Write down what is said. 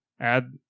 Add